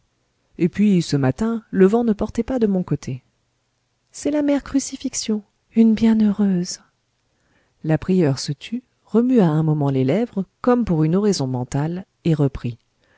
et puis ce matin le vent ne portait pas de mon côté c'est la mère crucifixion une bienheureuse la prieure se tut remua un moment les lèvres comme pour une oraison mentale et reprit